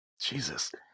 Jesus